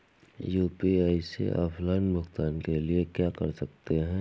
UPI से offline भुगतान के लिए क्या कर सकते हैं?